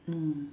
mm